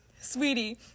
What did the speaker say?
Sweetie